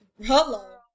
Hello